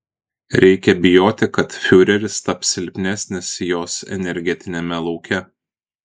reikia bijoti kad fiureris taps silpnesnis jos energetiniame lauke